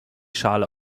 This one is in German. schale